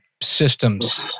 Systems